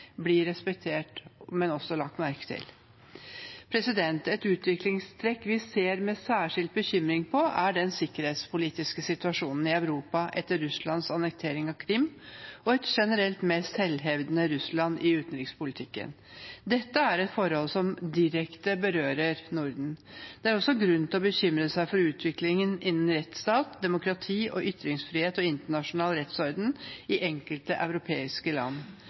respektert, men også lagt merke til. Et utviklingstrekk vi ser med særskilt bekymring på, er den sikkerhetspolitiske situasjonen i Europa etter Russlands annektering av Krim og et generelt mer selvhevdende Russland i utenrikspolitikken. Dette er et forhold som direkte berører Norden. Det er også grunn til å bekymre seg for utviklingen innenfor rettsstat, demokrati, ytringsfrihet og internasjonal rettsorden i enkelte europeiske land.